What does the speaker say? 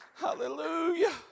Hallelujah